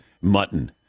Mutton